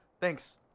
Thanks